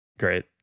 great